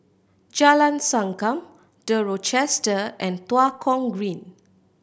Jalan Sankam The Rochester and Tua Kong Green